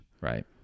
Right